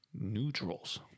Neutrals